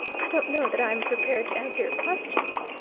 i don't know that i am prepared to answer your questions,